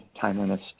timeliness